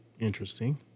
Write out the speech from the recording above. Interesting